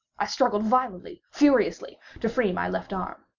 i struggled violently, furiously, to free my left arm.